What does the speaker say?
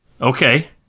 Okay